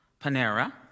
Panera